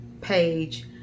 page